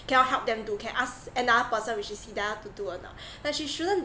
cannot help them do can ask another person which is hidayah to do or not like she shouldn't